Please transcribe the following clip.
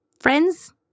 Friends